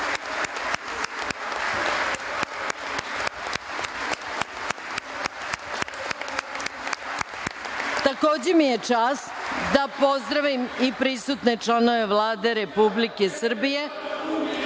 mi je čast da pozdravim i prisutne članove Vlade Republike Srbije,